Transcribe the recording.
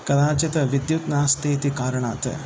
कदाचित् विद्युत् नास्ति इति कारणात्